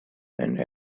and